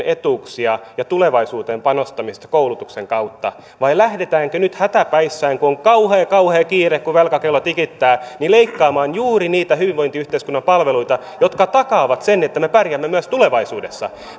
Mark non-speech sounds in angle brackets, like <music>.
<unintelligible> etuuksia ja tulevaisuuteen panostamista koulutuksen kautta vai lähdetäänkö nyt hätäpäissä kun on kauhea kauhea kiire kun velkakello tikittää leikkaamaan juuri niitä hyvinvointiyhteiskunnan palveluita jotka takaavat sen että me pärjäämme myös tulevaisuudessa